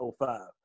05